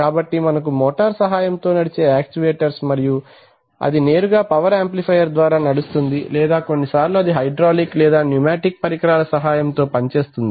కాబట్టి మనకు మోటార్ సహాయముతో నడిచే యాక్చువేటర్ మరియు అది నేరుగా పవర్ ఆంప్లిఫయర్ ద్వారా నడుస్తుంది లేదా కొన్నిసార్లు అది హైడ్రాలిక్ లేదా న్యుమాటిక్ పరికరాల సహాయముతో పని చేస్తుంది